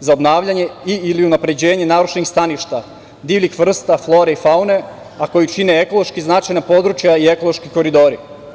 za obnavljanje i/ili unapređenje narušenih staništa divljih vrsta, flore i faune, a koji čine ekološki značajna područja i ekološki koridori.